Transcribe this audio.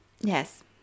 Yes